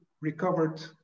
recovered